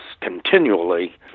continually